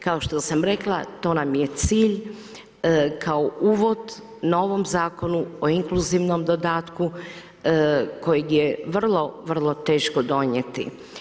Kao što sam rekla, to nam je cilj, kao uvod novom Zakonu o inkluzivnom dodatku, kojeg je vrlo vrlo teško donijeti.